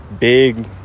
big